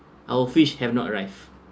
our fish have not arrived